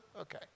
Okay